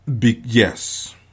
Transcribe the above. yes